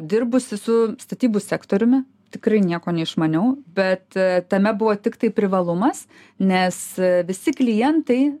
dirbusi su statybų sektoriumi tikrai nieko neišmaniau bet tame buvo tiktai privalumas nes visi klientai